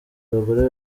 abagore